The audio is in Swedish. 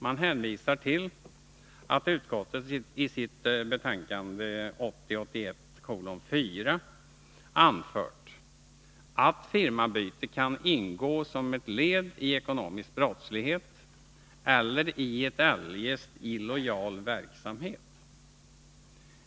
Man hänvisar till att utskottet i sitt betänkande 1980/81:4 anförde att firmabyte kan ingå som ett led i ekonomisk brottslighet eller i en eljest illojal verksamhet.